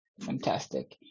fantastic